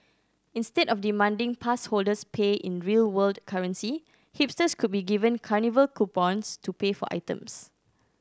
instead of demanding pass holders pay in real world currency hipsters could be given carnival coupons to pay for items